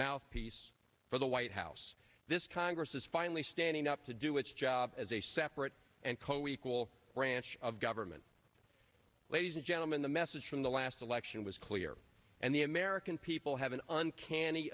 mouthpiece for the white house this congress is finally standing up to do its job as a separate and co equal branch government ladies and gentlemen the message from the last election was clear and the american people have an uncanny